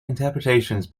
interpretations